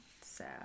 sad